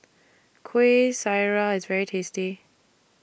Kueh Syara IS very tasty